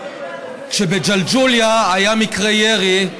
כשבג'לג'וליה היה מקרה ירי,